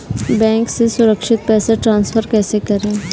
Bank से सुरक्षित पैसे ट्रांसफर कैसे करें?